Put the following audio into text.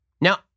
Now